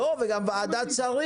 וגם ועדת שרים.